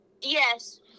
Yes